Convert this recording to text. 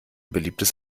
beliebtes